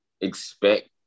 expect